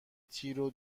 تیرو